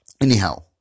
Anyhow